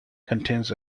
contains